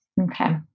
Okay